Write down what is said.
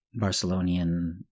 barcelonian